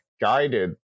guided